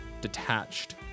Detached